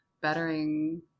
bettering